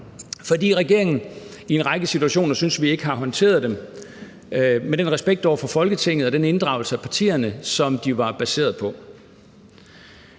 at regeringen i en række situationer har håndteret dem med den respekt over for Folketinget og den inddragelse af partierne, som de var baseret på.